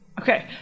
Okay